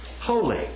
Holy